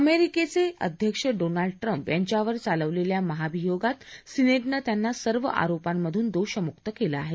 अमेरिकेचे अध्यक्ष Donald Trump यांच्यावर चालवलेल्या महाभियोगात सिनेउं त्यांना सर्व आरोपांमधून दोषमुक्त केलं आहे